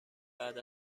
بعد